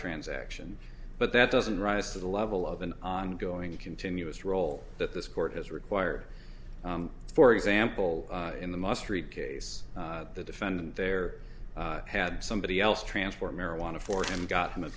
transaction but that doesn't rise to the level of an ongoing continuous role that this court has required for example in the must read case the defendant there had somebody else transform marijuana for him got him a